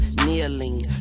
Kneeling